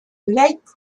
lake